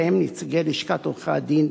ובהם נציגי לשכת עורכי-הדין,